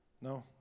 No